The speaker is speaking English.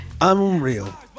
Unreal